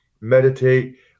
meditate